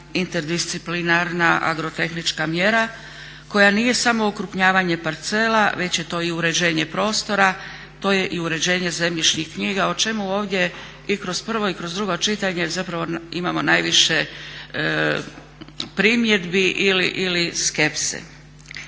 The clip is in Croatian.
interdisciplinarna agrotehnička mjera koja nije samo okrupnjavanje parcela već je to i uređenje prostora, to je i uređenje zemljišnih knjiga o čemu ovdje i kroz prvo i kroz drugo čitanje zapravo imamo najviše primjedbi ili skepse.